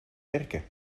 werken